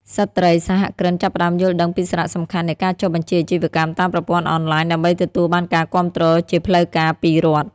ស្ត្រីសហគ្រិនចាប់ផ្តើមយល់ដឹងពីសារៈសំខាន់នៃការចុះបញ្ជីអាជីវកម្មតាមប្រព័ន្ធអនឡាញ ដើម្បីទទួលបានការគាំទ្រជាផ្លូវការពីរដ្ឋ។